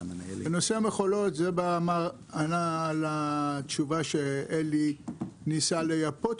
בנושא המכולות זה ענה על התשובה שאלי מנסה לייפות.